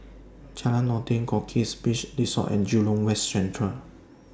Jalan Noordin Goldkist Beach Resort and Jurong West Central